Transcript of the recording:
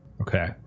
Okay